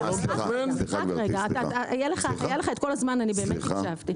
היה לך את כל הזמן שבעולם,